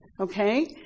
Okay